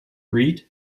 reid